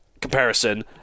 comparison